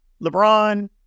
LeBron